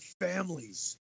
families